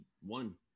one